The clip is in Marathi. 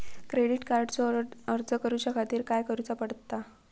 क्रेडिट कार्डचो अर्ज करुच्या खातीर काय करूचा पडता?